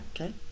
Okay